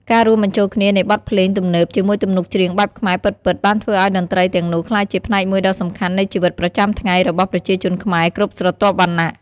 ការរួមបញ្ចូលគ្នានៃបទភ្លេងទំនើបជាមួយទំនុកច្រៀងបែបខ្មែរពិតៗបានធ្វើឱ្យតន្ត្រីទាំងនោះក្លាយជាផ្នែកមួយដ៏សំខាន់នៃជីវិតប្រចាំថ្ងៃរបស់ប្រជាជនខ្មែរគ្រប់ស្រទាប់វណ្ណៈ។